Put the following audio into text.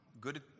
good